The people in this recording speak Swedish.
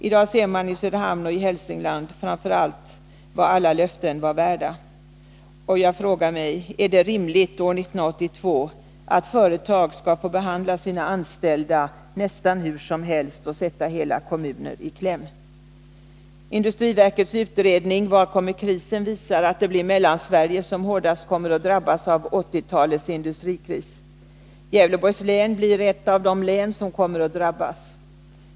I dag ser man i Söderhamn och Hälsingland vad alla löften var värda. Jag frågar mig: Är det rimligt att företag år 1982 behandlar sina anställda nästan hur som helt och sätter hela kommuner i kläm? Industriverkets Var kommer krisen? visar att Mellansverige hårdast kommer att drabbas av 1980-talets industrikris. Gävleborgs läns blir ett av de län som drabbas.